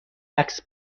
عکس